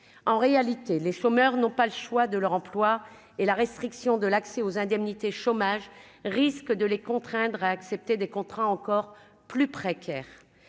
en réalité, les chômeurs n'ont pas le choix de leur emploi et la restriction de l'accès aux indemnités chômage. Risque de les contraindre à accepter des contrats encore plus précaire